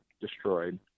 destroyed